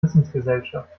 wissensgesellschaft